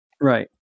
Right